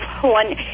one